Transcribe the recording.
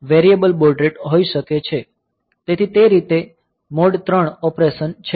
તેથી તે રીતે તે મોડ 3 ઓપરેશન છે